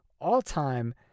all-time